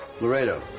Laredo